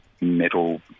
metal